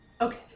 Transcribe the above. Okay